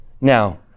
Now